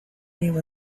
new